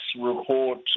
report